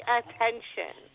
attention